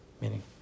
Meaning